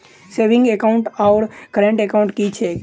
Saving account आओर current account की छैक?